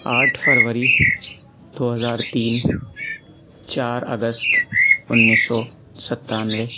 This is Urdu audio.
آٹھ فروری دو ہزار تین چار اگست انیس سو ستانوے